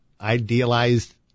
idealized